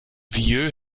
vieux